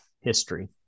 history